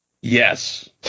Yes